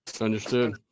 Understood